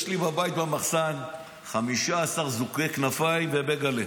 יש לי בבית במחסן 15 זוגי כנפיים ובייגלה.